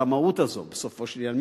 הרמאות הזאת בסופו של עניין,